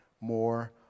more